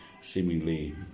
seemingly